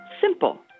Simple